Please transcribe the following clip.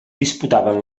disputaven